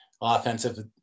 offensive